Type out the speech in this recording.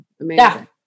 Amazing